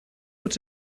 what